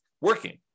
working